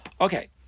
Okay